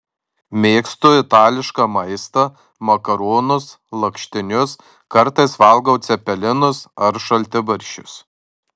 mėgstu itališką maistą makaronus lakštinius kartais valgau cepelinus ar šaltibarščius